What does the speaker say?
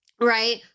right